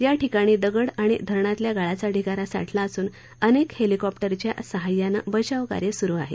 या ठिकाणी दगड आणि धरणातल्या गाळाचा ढिगारा साठला असून अनेक हेलिकॉप्टरच्या सहाय्यानं बचाव कार्य सुरु आहे